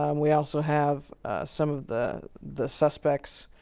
um we also have some of the the suspects